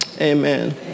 Amen